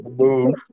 move